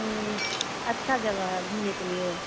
अच्छा जगह है घूमने के लिए